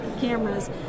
cameras